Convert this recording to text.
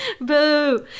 Boo